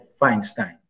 Feinstein